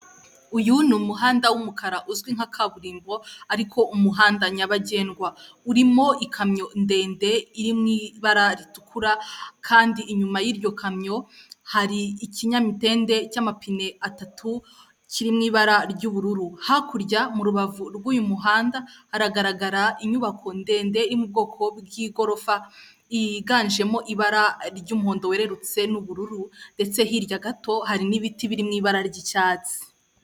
Uyu ni umuhanda w'umukara uzwi nka kaburimbo, ariko umuhanda nyabagendwa. Urimo ikamyo ndende iri mu ibara ritukura kandi inyuma y'iyo kamyo hari ikinyamitende cy'amapine atatu kiri mu ibara ry'ubururu. Hakurya mu rubavu rw'uyu muhanda haragaragara inyubako ndende iri mu bwoko bw'igorofa, yiganjemo ibara ry'umuhondo werurutse n'ubururu, ndetse hirya gato hari n'ibiti biri mu ibara ry'icyatsi.